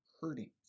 hurting